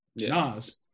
Nas